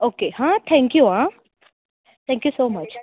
okay हां thank you हां thank you so much